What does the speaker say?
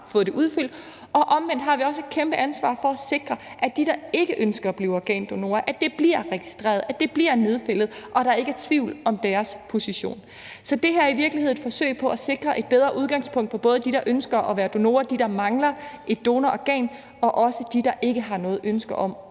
fået det registreret. Og omvendt har vi også et kæmpe ansvar for at sikre, at de, der ikke ønsker at blive organdonorer, bliver registreret, at det bliver nedfældet, og at der ikke er tvivl om deres position. Så det her er i virkeligheden et forsøg på at sikre et bedre udgangspunkt for både dem, der ønsker at være donorer, dem, der mangler et donororgan, og også dem, der ikke har noget ønske om